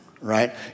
right